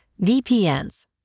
VPNs